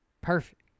perfect